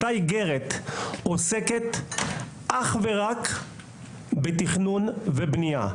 אותה איגרת עוסקת אך ורק בתכנון ובנייה.